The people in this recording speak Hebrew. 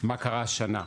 מה קרה השנה,